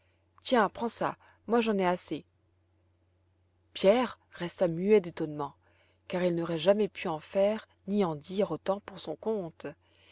tiens prends ça moi j'en ai assez pierre resta muet d'étonnement car il n'aurait jamais pu en faire ni en dire autant pour son compte